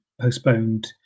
postponed